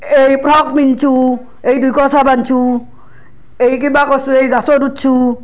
এই ফ্ৰক পিন্ধছোঁ এই দুইকছা বান্ধছোঁ এই কিবা কৰছোঁ এই গাছত উঠছোঁ